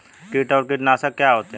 कीट और कीटनाशक क्या होते हैं?